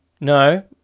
No